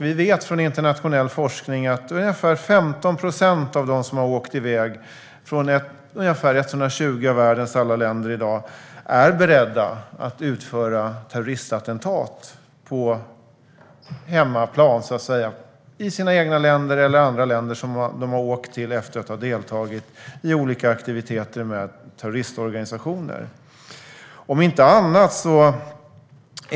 Vi vet från internationell forskning att ungefär 15 procent av dem som har åkt iväg från ungefär 120 av världens alla länder i dag är beredda att utföra terroristattentat på hemmaplan i sina egna länder eller i andra länder som de har åkt till efter att ha deltagit i olika aktiviteter med terroristorganisationer.